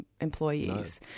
employees